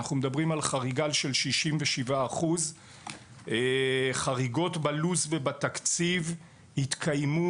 אנחנו מדברים על חריגה של 67%. חריגות בלו"ז ובתקציב התקיימו.